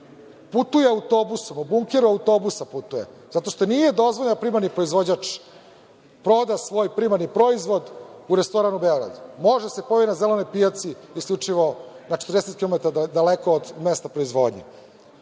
Putuje autobusom, u bunkeru autobusa putuje, zato što nije dozvoljeno da primarni proizvođač proda svoj primarni proizvod u restoran u Beogradu. Može da se pojavi na zelenoj pijaci, isključivo na 40 kilometara daleko od mesta proizvodnje. Pričamo